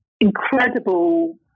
incredible